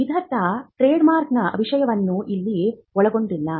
ಇದರರ್ಥ ಟ್ರೇಡ್ಮಾರ್ಕ್ನ ವಿಷಯವನ್ನು ಇಲ್ಲಿ ಒಳಗೊಂಡಿಲ್ಲ